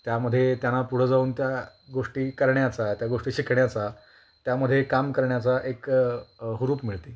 त्यामध्ये त्यांना पुढं जाऊन त्या गोष्टी करण्याचा त्या गोष्टी शिकण्याचा त्यामध्ये काम करण्याचा एक हुरूप मिळते